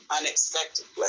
unexpectedly